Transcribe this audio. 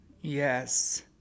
Yes